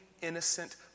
innocent